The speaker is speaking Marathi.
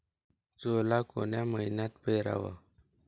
सोला कोन्या मइन्यात पेराव?